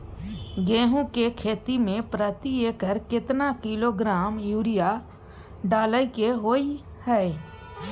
गेहूं के खेती में प्रति एकर केतना किलोग्राम यूरिया डालय के होय हय?